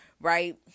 Right